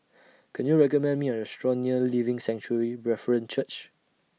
Can YOU recommend Me A Restaurant near Living Sanctuary Brethren Church